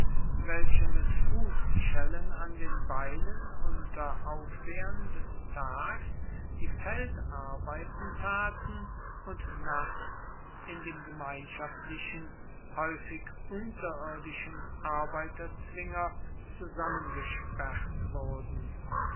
welche mit fußschellen an den beinen unter aufsehern des tags die feldarbeiten taten und nachts in dem gemeinschaftlichen häufig unterirdischen arbeiterzwinger zusammengesperrt wurden